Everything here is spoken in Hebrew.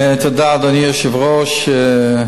תודה, אדוני היושב-ראש.